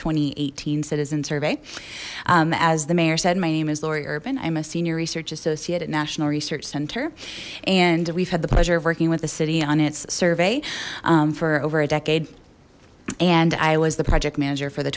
and eighteen citizen survey as the mayor said my name is lori urban i'm a senior research associate at national research center and we've had the pleasure of working with the city on its survey for over a decade and i was the project manager for the